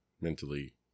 mentally